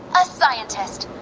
a scientist.